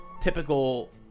typical